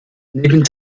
neben